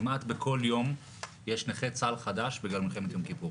כמעט בכל יום יש נכה צה"ל חדש בגלל מלחמת יום כיפור